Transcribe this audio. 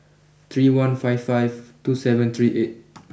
three one five five two seven three eight